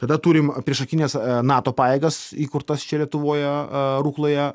tada turim priešakines nato pajėgas įkurtas čia lietuvoje rukloje